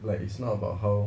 like it's not about how